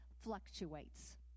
fluctuates